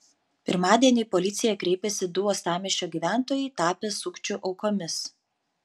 pirmadienį į policiją kreipėsi du uostamiesčio gyventojai tapę sukčių aukomis